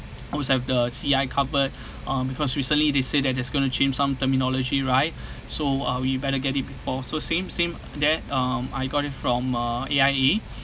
whose have the C_I covered um because recently they say that they're just going to change some terminology right so uh we better get it before so same same that um I got it from uh A_I_A